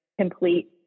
complete